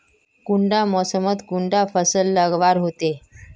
कुंडा मोसमोत कुंडा फसल लगवार होते?